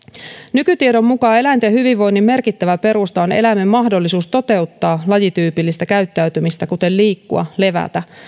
nykytiedon mukaan eläinten hyvinvoinnin merkittävä perusta on eläimen mahdollisuus toteuttaa lajityypillistä käyttäytymistä kuten liikkua levätä